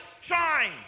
shine